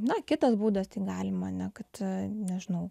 na kitas būdas tai galima ar ne kad nežinau